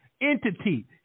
entity